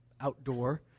outdoor